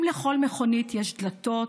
אם לכל מכונית יש דלתות,